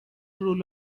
rule